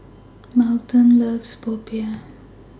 Melton loves Popiah